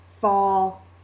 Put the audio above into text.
fall